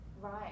right